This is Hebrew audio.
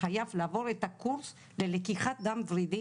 חייב לעבור את הקורס ללקיחת דם ורידי